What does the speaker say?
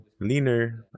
leaner